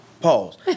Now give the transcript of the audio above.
pause